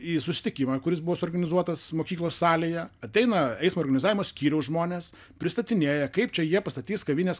į susitikimą kuris buvo suorganizuotas mokyklos salėje ateina eismo organizavimo skyriaus žmonės pristatinėja kaip čia jie pastatys kavinės